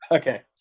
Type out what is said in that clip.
Okay